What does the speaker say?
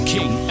King